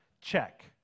Check